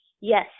yes